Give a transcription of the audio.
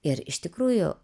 ir iš tikrųjų